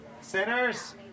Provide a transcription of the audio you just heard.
Sinners